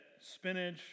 spinach